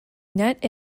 net